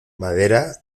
madera